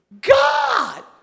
God